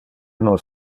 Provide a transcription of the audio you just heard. nos